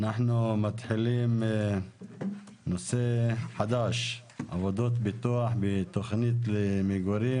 אנחנו מתחילים נושא חדש: עבודות פיתוח בתכנית למגורים.